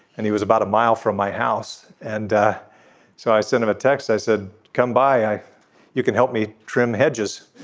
and he was about a mile from my house. and so i sent him a text i said come by you can help me trim hedges